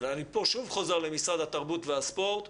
ואני פה שוב חוזר למשרד התרבות והספורט,